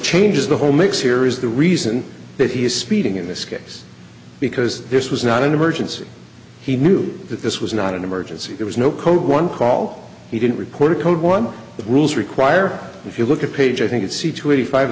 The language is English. changes the whole makes here is the reason that he is speeding in this case because this was not an emergency he knew that this was not an emergency there was no code one call he didn't require code one the rules require if you look at page i think it c two eighty five